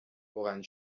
روغنی